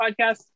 podcast